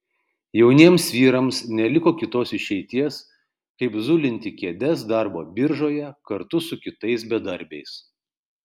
jauniems vyrams neliko kitos išeities kaip zulinti kėdes darbo biržoje kartu su kitais bedarbiais